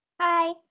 Hi